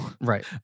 Right